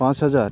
পাঁচ হাজার